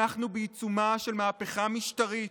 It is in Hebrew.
אנחנו בעיצומה של מהפכה משטרית.